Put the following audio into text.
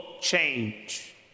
change